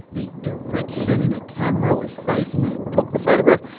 the direction the camera was facing when it took the photograph,